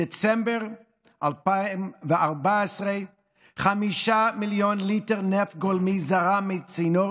בדצמבר 2014 חמישה מיליון ליטר נפט גולמי זרמו מצינור